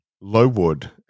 Lowood